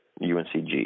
UNCG